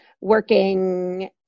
working